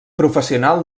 professional